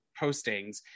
postings